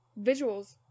Visuals